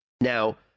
Now